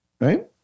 right